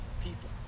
people